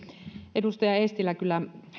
edustaja eestilä kyllä